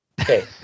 Okay